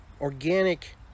Organic